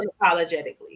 Unapologetically